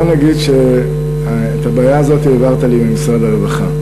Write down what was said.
בוא נגיד שאת הבעיה הזאת העברת לי ממשרד הרווחה.